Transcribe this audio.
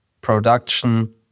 production